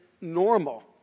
normal